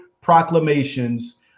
proclamations